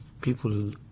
People